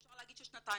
אפשר להגיד ששנתיים,